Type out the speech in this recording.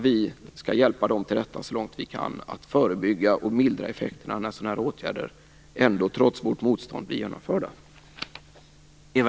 Vi skall hjälpa dem till rätta så långt vi kan med att förebygga och mildra effekterna när sådana här åtgärder, trots vårt motstånd, blir genomförda.